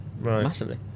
massively